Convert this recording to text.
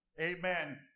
amen